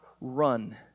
run